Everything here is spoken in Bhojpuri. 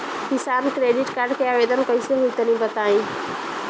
किसान क्रेडिट कार्ड के आवेदन कईसे होई तनि बताई?